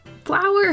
Flower